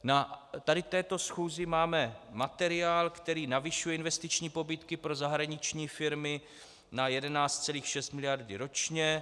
Na této schůzi máme materiál, který navyšuje investiční pobídky pro zahraniční firmy na 11,6 mld. ročně.